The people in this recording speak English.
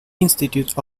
institute